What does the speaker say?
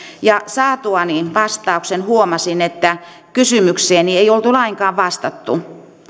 ja saatuani vastauksen huomasin että kysymykseeni ei oltu lainkaan vastattu